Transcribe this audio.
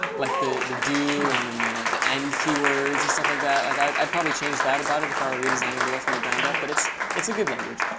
like the the do and then the the end keywords and stuff like that. like i'd i'd probably change that about it if i were redesigning lua from the ground up, but it's it's a good language.